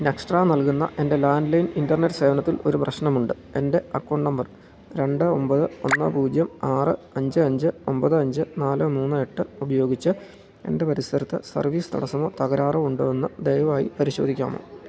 നെക്സ്ട്രാ നൽകുന്ന എൻ്റെ land line internet സേവനത്തിൽ ഒരു പ്രശ്നമുണ്ട് എൻ്റെ അക്കൗണ്ട് നമ്പർ രണ്ട് ഒമ്പത് ഒന്ന് പൂജ്യം ആറ് അഞ്ച് അഞ്ച് ഒമ്പത് അഞ്ച് നാല് മൂന്ന് എട്ട് ഉപയോഗിച്ച് എൻ്റെ പരിസരത്ത് സർവീസ് തടസ്സമോ തകരാറോ ഉണ്ടോ എന്നു ദയവായി പരിശോധിക്കാമോ